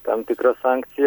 tam tikra sankcija